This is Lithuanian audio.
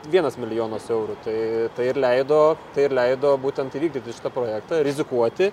vienas milijonas eurų tai tai ir leido tai ir leido būtent įvykdyti šitą projektą rizikuoti